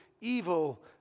evil